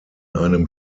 einem